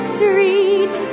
Street